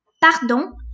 pardon